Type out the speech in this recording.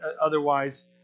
otherwise